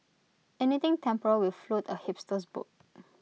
anything temporal will float A hipster's boat